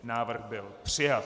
Návrh byl přijat.